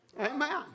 Amen